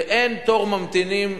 ואין תור ממתינים.